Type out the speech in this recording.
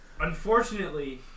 Unfortunately